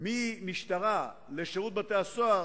מהמשטרה לשירות בתי-הסוהר